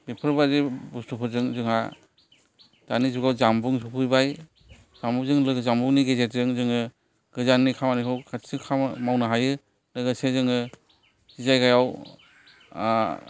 बेफोरबायदि बुस्थुफोरजों जोंहा दानि जुगाव जामबुं सफैबाय जामबुंजों लोगोसे जामबुंनि गेजेरजों जोङो गोजाननि खामानिखौ खाथि खामानि मावनो हायो लोगोसे जोङो जायगायाव